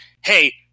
hey